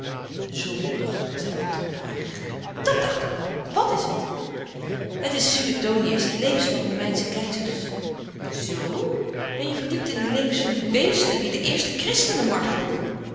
zondig zei anton plagerig dat dacht ik wel wàt is het het is suetonius de levens van romeinsche keizers zoo ben je verdiept in de levens van die beesten die de eerste christenen